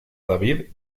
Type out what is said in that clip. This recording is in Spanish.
david